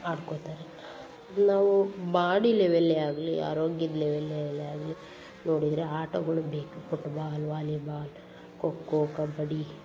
ಆಡ್ಕೋತಾರೆ ನಾವು ಬಾಡಿ ಲೆವಲ್ಲೇ ಆಗಲಿ ಆರೋಗ್ಯದ ಲೆವೆಲಲ್ಲೇ ಆಗಲಿ ನೋಡಿದರೆ ಆಟಗಳು ಬೇಕು ಪುಟ್ಬಾಲ್ ವಾಲಿಬಾಲ್ ಖೋ ಖೋ ಕಬಡ್ಡಿ